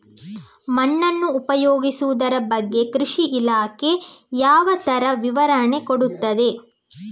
ಮಣ್ಣನ್ನು ಉಪಯೋಗಿಸುದರ ಬಗ್ಗೆ ಕೃಷಿ ಇಲಾಖೆ ಯಾವ ತರ ವಿವರಣೆ ಕೊಡುತ್ತದೆ?